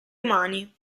umani